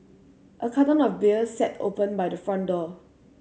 a carton of beer sat open by the front door